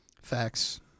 Facts